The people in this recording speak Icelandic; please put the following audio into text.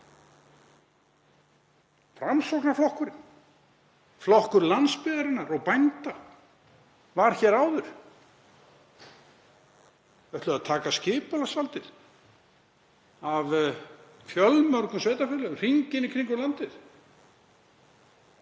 Framsóknarflokkurinn var flokkur landsbyggðarinnar og bænda hér áður og þeir ætluðu að taka skipulagsvaldið af fjölmörgum sveitarfélögum hringinn í kringum landið.